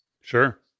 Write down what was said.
Sure